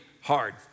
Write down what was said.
hard